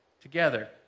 together